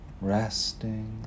resting